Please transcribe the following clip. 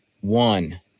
One